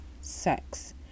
sex